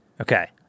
Okay